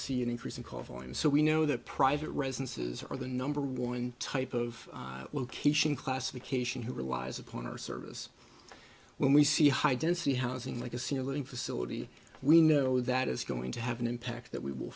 see an increase in calls for him so we know that private residences are the number one type of location classification who relies upon our service when we see high density housing like a senior living facility we know that is going to have an impact that we will